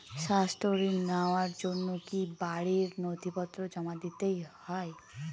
স্বাস্থ্য ঋণ নেওয়ার জন্য কি বাড়ীর নথিপত্র জমা দিতেই হয়?